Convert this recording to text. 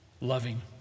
loving